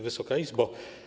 Wysoka Izbo!